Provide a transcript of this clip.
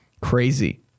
crazy